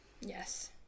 Yes